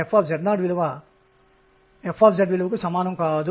అదేంటంటే చరరాశి x y z φ కాగలదు